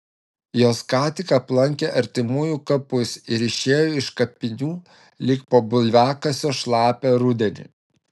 jos ką tik aplankė artimųjų kapus ir išėjo iš kapinių lyg po bulviakasio šlapią rudenį